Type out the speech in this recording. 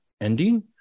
ending